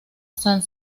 san